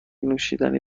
نوشیدنی